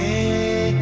Hey